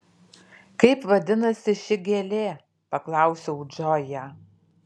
kaip vadinasi ši gėlė paklausiau džoją